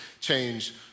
change